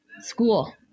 school